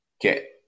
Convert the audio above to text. get